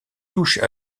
touches